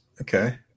Okay